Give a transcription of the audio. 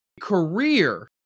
career